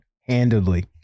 handedly